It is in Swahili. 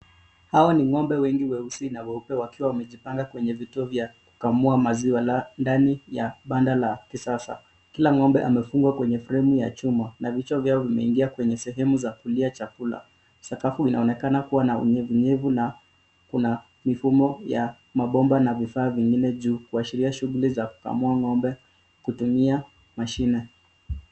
Hao ni ng'ombe wengi weusi na weupe wakiwa wamejipanga kwenye vituo vya kukamua maziwa ndani ya banda la kisasa. Kila ng'ombe amefungwa kwenye fremu ya chuma na vichwa vyao vimeingia kwenye sehemu za kulia chakula. Sakafu inaonekana kuwa na unyevunyevu na kuna mifumo ya mabomba na vifaa vingine juu kuashiria shughuli za kukamua ng'ombe kutumia mashine.